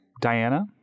Diana